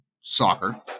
soccer